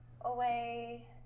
away